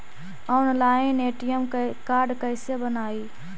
Online ATM card कैसे बनाई?